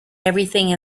everything